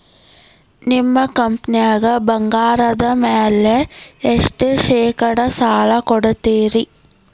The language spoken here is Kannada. ನಿಮ್ಮ ಕಂಪನ್ಯಾಗ ಬಂಗಾರದ ಮ್ಯಾಲೆ ಎಷ್ಟ ಶೇಕಡಾ ಸಾಲ ಕೊಡ್ತಿರಿ?